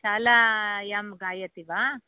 शालायां गायति वा